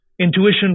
intuition